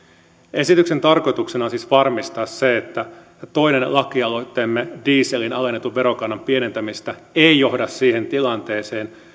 esityksen tarkoituksena on siis varmistaa se että toinen lakialoitteemme dieselin alennetun verokannan pienentämisestä ei johda siihen tilanteeseen